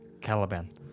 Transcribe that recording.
Caliban